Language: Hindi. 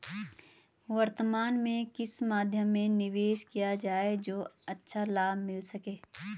वर्तमान में किस मध्य में निवेश किया जाए जो अच्छा लाभ मिल सके?